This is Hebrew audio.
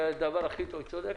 צודקת.